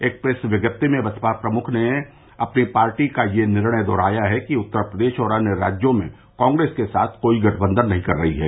एक प्रेस विज्ञप्ति में बसपा प्रमुख ने अपनी पार्टी का यह निर्णय दोहराया कि वह उत्तर प्रदेश और अन्य राज्यों में कांग्रेस के साथ कोई गठबंधन नहीं कर रही है